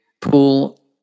pool